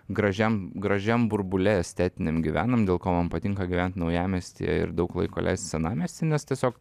gražiam gražiam burbule estetiniam gyvenam dėl ko man patinka gyvent naujamiestyje ir daug laiko leist senamiesty nes tiesiog